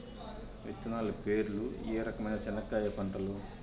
విత్తనాలు పేర్లు ఏ రకమైన చెనక్కాయలు పంటలు?